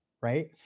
right